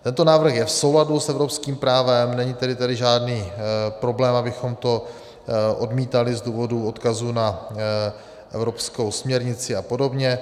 Tento návrh je v souladu s evropským právem, není tedy tady žádný problém, abychom to odmítali z důvodu odkazu na evropskou směrnici a podobně.